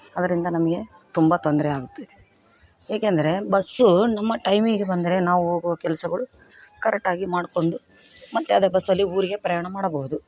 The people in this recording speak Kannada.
ಅದರಿಂದ ನಮಗೆ ತುಂಬ ತೊಂದರೆ ಆಗ್ತಿದೆ ಏಕಂದ್ರೆ ಬಸ್ಸು ನಮ್ಮ ಟೈಮಿಗೆ ಬಂದರೆ ನಾವು ಹೋಗುವ ಕೆಲಸಗಳು ಕರೆಕ್ಟಾಗಿ ಮಾಡ್ಕೊಂಡು ಮತ್ತು ಅದೇ ಬಸ್ಸಲ್ಲಿ ಊರಿಗೆ ಪ್ರಯಾಣ ಮಾಡಬೌದು